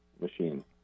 Machine